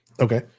Okay